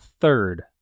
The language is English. third